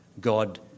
God